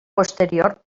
posterior